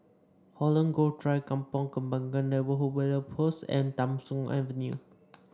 Holland Grove Drive Kampong Kembangan Neighbourhood Police Post and Tham Soong Avenue